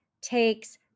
takes